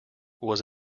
was